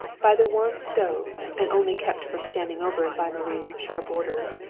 by the warm stove, and only kept from standing over it by marie's sharp orders,